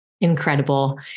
Incredible